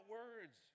words